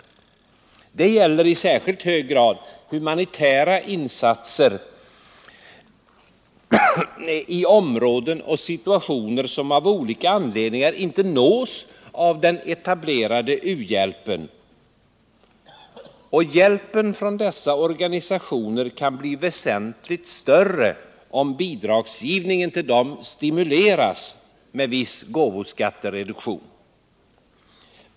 Det gäller i särskild hög grad humanitära insatser i områden och situationer, som av olika anledningar inte nås av den etablerade u-hjälpen. Och hjälpen från dessa organisationer kan bli väsentligt större, om bidragsgivningen till dem stimuleras med viss gåvoskattereduktion.